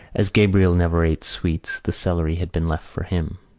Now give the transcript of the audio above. as gabriel never ate sweets the celery had been left for him.